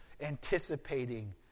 anticipating